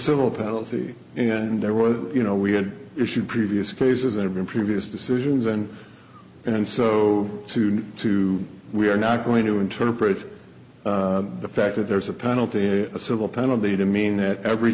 civil penalty and there was you know we had issued previous cases that have been previous decisions and and so today to we are not going to interpret the fact that there's a penalty a civil penalty to mean that every